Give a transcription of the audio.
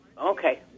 okay